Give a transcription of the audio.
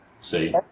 see